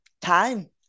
time